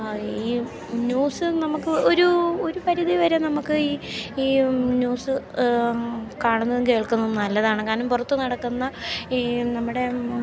ഈ ന്യൂസ് നമുക്ക് ഒരു ഒരു പരിധി വരെ നമുക്ക് ഈ ഈ ന്യൂസ് കാണുന്നതും കേൾക്കുന്നതും നല്ലതാണ് കാരണം പുറത്തു നടക്കുന്ന ഈ നമ്മുടെ